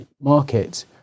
market